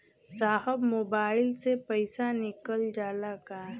साहब मोबाइल से पैसा निकल जाला का?